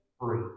free